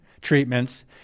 treatments